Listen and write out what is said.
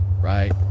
right